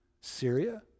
Syria